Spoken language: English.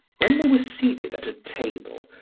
when they were seated at a table,